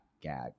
gag